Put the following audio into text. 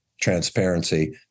transparency